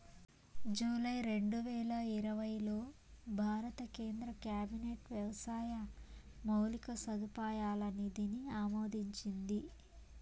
July రెండువేల ఇరవైలో భారత కేంద్ర క్యాబినెట్ వ్యవసాయ మౌలిక సదుపాయాల నిధిని ఆమోదించింది